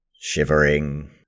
shivering